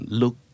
look